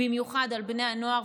במיוחד על בני הנוער,